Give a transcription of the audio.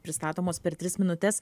pristatomos per tris minutes